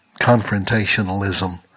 confrontationalism